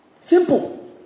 Simple